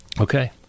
Okay